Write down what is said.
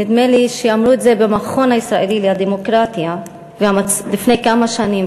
נדמה לי שאמרו את זה במכון הישראלי לדמוקרטיה לפני כמה שנים,